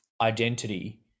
identity